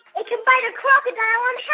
it can bite a crocodile um yeah